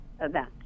event